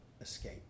escape